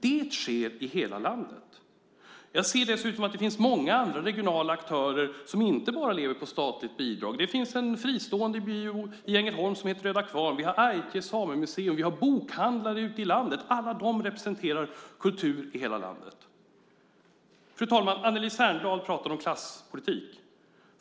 Det sker i hela landet. Det finns dessutom många andra regionala aktörer som inte bara lever på statliga bidrag. Det finns en fristående bio i Ängelholm som heter Röda kvarn. Vi har Ájtte samemuseum och bokhandlare ute i landet som representerar kultur i hela landet. Fru talman! Anneli Särnblad pratar om klasspolitik.